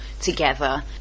together